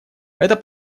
это